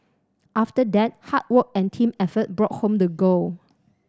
after that hard work and team effort brought home the gold